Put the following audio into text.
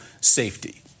safety